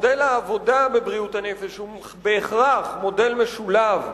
מודל העבודה בבריאות הנפש הוא בהכרח מודל משולב,